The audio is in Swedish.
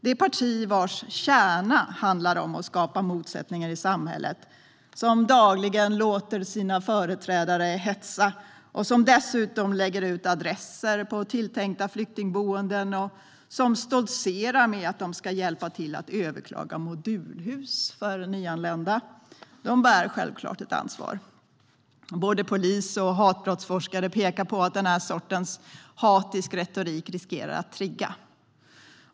Det parti vars kärna handlar om att skapa motsättningar i samhället, som dagligen låter sina företrädare hetsa och som dessutom lägger ut adresser på tilltänkta flyktingboenden på nätet och som stoltserar med att de ska hjälpa till att överklaga modulhus för nyanlända bär självklart ett ansvar. Både polis och hatbrottsforskare pekar på att denna sorts hatisk retorik riskerar att trigga.